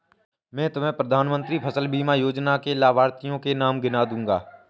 मैं तुम्हें प्रधानमंत्री फसल बीमा योजना के लाभार्थियों के नाम गिना दूँगा